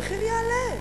המחיר יעלה.